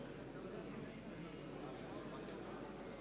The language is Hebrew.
מצביע